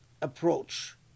approach